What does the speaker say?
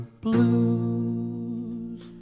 blues